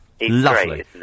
Lovely